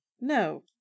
no